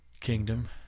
Kingdom